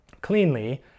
cleanly